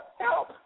help